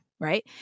Right